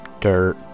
dirt